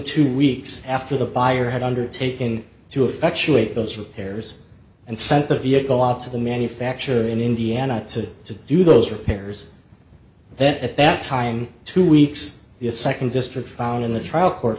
two weeks after the buyer had undertaken to effectuate those repairs and sent the vehicle out to the manufacturer in indiana to to do those repairs that at that time two weeks the nd district found in the trial court